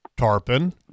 Tarpon